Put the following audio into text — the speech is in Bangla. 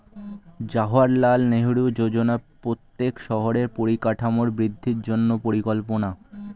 জাওহারলাল নেহেরু যোজনা প্রত্যেক শহরের পরিকাঠামোর বৃদ্ধির জন্য পরিকল্পনা